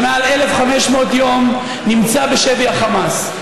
שמעל 1,500 יום נמצא בשבי החמאס,